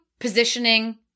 positioning